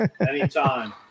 Anytime